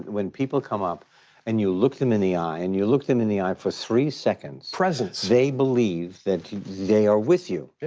when people come up and you look them in the eye, and you look them in the eye for three seconds. presence. they believe that they are with you, yeah